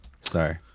sorry